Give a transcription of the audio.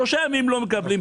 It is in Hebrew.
שלושה ימים לא מקבלים.